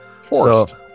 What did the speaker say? Forced